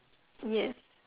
ya